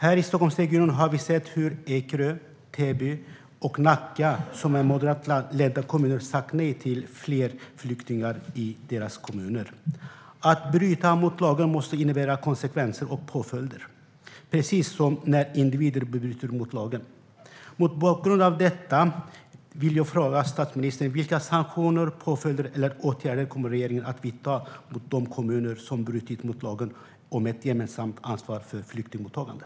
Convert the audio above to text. Här i Stockholmsregionen har vi sett hur Ekerö, Täby och Nacka, som är moderatledda kommuner, har sagt nej till fler flyktingar. Att bryta mot lagen måste innebära konsekvenser och påföljder, precis som när individer gör det. Mot den bakgrunden vill jag fråga statsministern vilka sanktioner, påföljder eller åtgärder regeringen kommer att vidta mot de kommuner som brutit mot lagen om ett gemensamt ansvar för flyktingmottagandet.